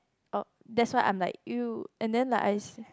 oh that's why I'm like !eww! and then like I see